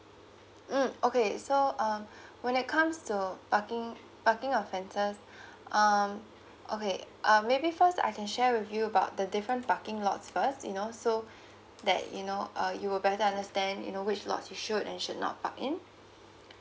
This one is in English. mm okay so uh when it comes to parking parking offences um okay uh maybe first I can share with you about the different parking lots first you know so that you know uh you will better understand you know which lots you should and should not park in